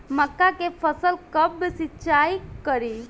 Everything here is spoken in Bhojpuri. मका के फ़सल कब सिंचाई करी?